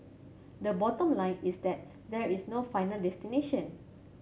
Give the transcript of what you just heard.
the bottom line is that there is no final destination